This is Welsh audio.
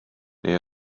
neu